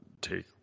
take